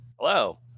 Hello